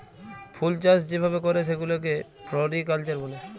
ফুলচাষ যে ভাবে ক্যরে সেগুলাকে ফ্লরিকালচার ব্যলে